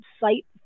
site